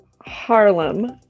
Harlem